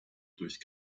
durch